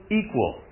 equal